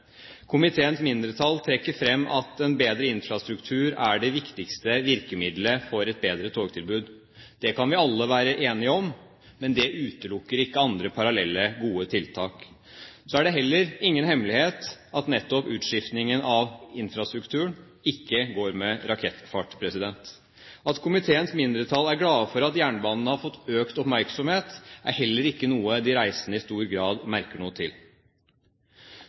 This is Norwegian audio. Komiteens mindretall trekker frem at en bedre infrastruktur er det viktigste virkemidlet for et bedre togtilbud. Det kan vi alle være enige om, men det utelukker ikke andre parallelle gode tiltak. Så er det heller ingen hemmelighet at nettopp utskiftingen av infrastrukturen ikke går med rakettfart. At komiteens mindretall er glade for at jernbanen har fått økt oppmerksomhet, er heller ikke noe de reisende i stor grad merker noe til.